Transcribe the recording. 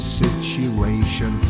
situation